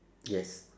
yes